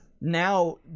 now